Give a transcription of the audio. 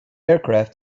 aircraft